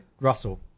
Russell